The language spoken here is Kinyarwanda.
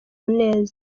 neza